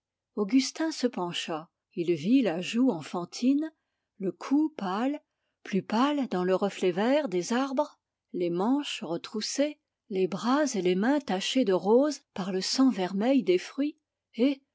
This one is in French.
augustin se pencha il vit la joue puérile le cou pâle plus pâle dans le reflet vert des arbres les manches retroussées les bras et les mains tachés de rose par le sang vermeil des fruits et